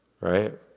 right